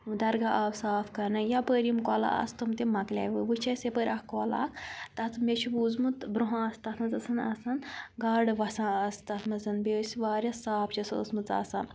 درگاہ آب صاف کَرنہٕ یَپٲرۍ یِم کۄلہ آسہٕ تِم تہِ مۄکلیو وٕچھ اَسہِ یَپٲرۍ اَکھ کۄلہٕ اَکھ تَتھ مےٚ چھُ بوٗزمُت برونٛہہ ٲس تَتھ منٛز ٲس نہٕ آسان گاڈٕ وَسان ٲس تَتھ منٛز بیٚیہِ ٲسۍ واریاہ صاف چھِ سۄ ٲسمٕژ آسان